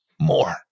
more